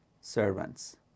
servants